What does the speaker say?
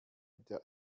der